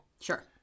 Sure